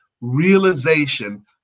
realization